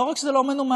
לא רק שזה לא מנומס,